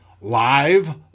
live